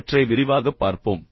இவற்றை விரிவாகப் பார்ப்போம்